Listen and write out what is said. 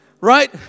Right